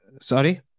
Sorry